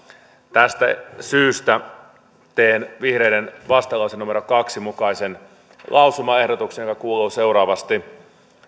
tästä syystä teen vihreiden vastalauseen kahden mukaisen lausumaehdotuksen joka kuuluu seuraavasti